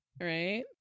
Right